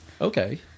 Okay